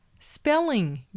spelling